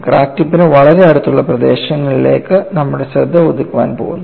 crack ടിപ്പിന് വളരെ അടുത്തുള്ള പ്രദേശങ്ങളിലേക്ക് നമ്മുടെ ശ്രദ്ധ ഒതുക്കാൻ പോകുന്നു